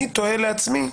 אני תוהה לעצמי,